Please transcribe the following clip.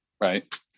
right